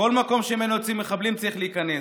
לכל מקום שממנו יוצאים מחבלים צריך להיכנס.